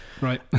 Right